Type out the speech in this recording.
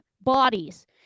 bodies